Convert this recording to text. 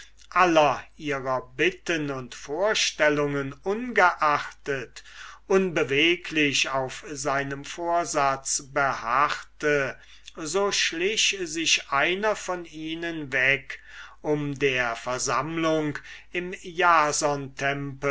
aller ihrer bitten und vorstellungen ungeachtet unbeweglich auf seinem vorsatz beharrte so schlich sich einer von ihnen weg um der versammlung im